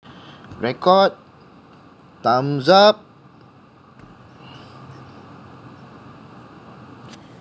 record thumbs up